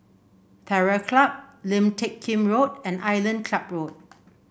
Terror Club Lim Teck Kim Road and Island Club Road